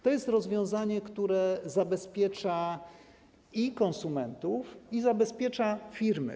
To jest rozwiązanie, które i zabezpiecza konsumentów, i zabezpiecza firmy.